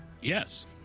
Yes